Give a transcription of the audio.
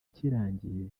kirangiye